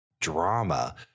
drama